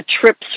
trips